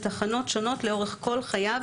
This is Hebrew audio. בתחנות שונות לאורך כל חייו